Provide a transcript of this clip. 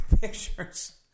pictures